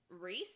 Reese